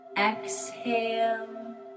exhale